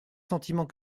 sentiments